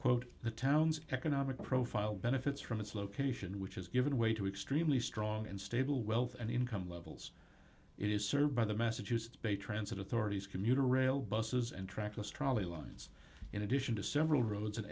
quote the town's economic profile benefits from its location which has given way to extremely strong and stable wealth and income levels is served by the massachusetts bay transit authorities commuter rail buses and trackless trolley lines in addition to several roads an